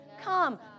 Come